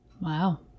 Wow